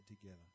together